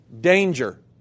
Danger